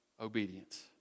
obedience